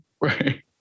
Right